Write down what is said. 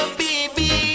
baby